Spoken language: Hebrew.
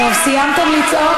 טוב, סיימתם לצעוק?